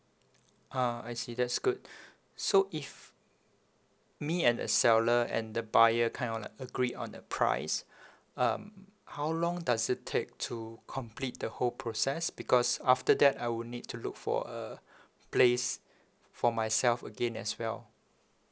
ah I see that's good so if me and the seller and the buyer kind of like agreed on the price mm how long does it take to complete the whole process because after that I will need to look for a place for myself again as well